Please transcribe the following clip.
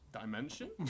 dimension